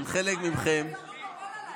אני רואה על הפנים של חלק ממכם,